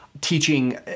Teaching